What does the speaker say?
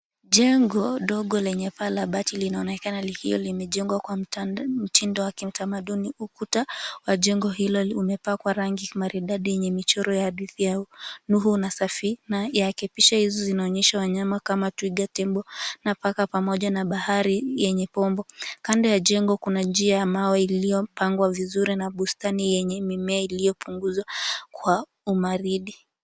Jengo ndogo lenye paa la bati linaonekana likiwa limejengwa kwa mtindo wa kitamaduni, ukuta wa jengo hilo umepakwa rangi maridadi yenye michoro ya hadithi ya Nuhu na safina, picha hizi zinaonyesha wanyama kama twiga, tembo na paka pamoja na bahari yenye pomboo. Kando ya jengo kuna njia ya mawe iliyopangwa vizuri na bustani yenye mimea iliyopanguzwa kwa umaridi.